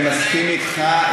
אני מסכים אתך.